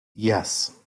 yes